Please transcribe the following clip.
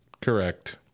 Correct